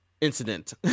incident